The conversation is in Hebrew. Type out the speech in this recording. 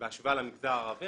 בהשוואה למגזר הערבי,